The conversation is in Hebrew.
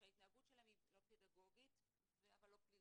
שההתנהגות שלהן היא לא פדגוגית אבל לא פלילית.